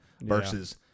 Versus